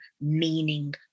meaning